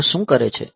તેઓ શું કરે છે